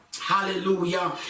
Hallelujah